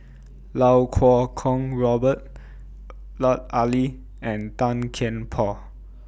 Lau Kuo Kwong Robert Lut Ali and Tan Kian Por